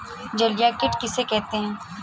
जलीय कीट किसे कहते हैं?